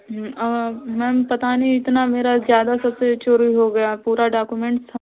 ma'am पता नहीं इतना मेरा ज़्यादा सबसे चोरी हो गया पूरा डॉक्यूमेंट था